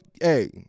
hey